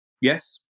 Yes